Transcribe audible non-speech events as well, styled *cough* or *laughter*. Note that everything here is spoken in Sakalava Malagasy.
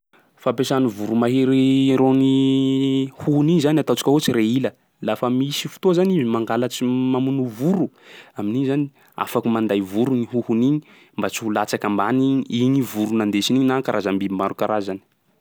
Fampiasan'ny voromahery irony *hesitation* hohony iny ataontsika ohatsy reila, lafa misy fotoa zany izy mangalatsy *hesitation* mamono voro, amin'igny zany afaky manday voro io hohony igny mba tsy ho latsaka ambany in- igny vorona andesiny igny na karazan-biby maro karazany.